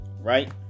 Right